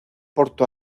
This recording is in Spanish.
porto